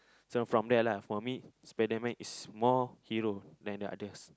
so from there lah for me spiderman is more hero than the others